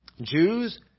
Jews